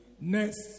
next